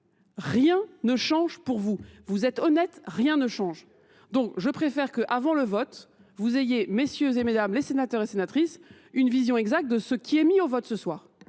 Rien ne change pour vous. Vous êtes honnête, rien ne change. Donc je préfère qu'avant le vote, vous ayez, messieurs et mesdames, les sénateurs et sénatrices, une vision exacte de ce qui est mis au vote ce soir.